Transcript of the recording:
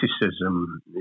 criticism